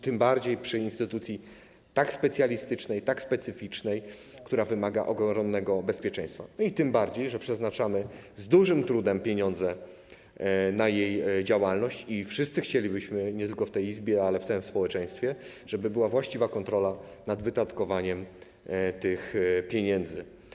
Tym bardziej przy instytucji tak specjalistycznej i tak specyficznej, która wymaga ogromnego bezpieczeństwa, i tym bardziej że z dużym trudem przeznaczamy pieniądze na jej działalność i wszyscy chcielibyśmy, nie tylko w tej Izbie, ale w całym społeczeństwie, żeby była właściwa kontrola nad wydatkowaniem tych pieniędzy.